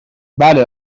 بله